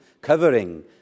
covering